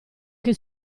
che